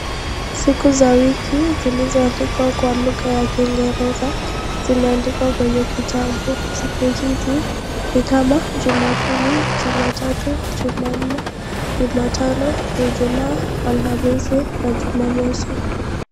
Siku za wiki zilizoandikwa Kwa lugha ya kingereza zimeandikwa kwenye kitabu. Siku hizi ni kama jumapili, jamatatu, jumanne, jumatano, ijumaa ,alhamisi na jumamosi .